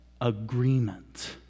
agreement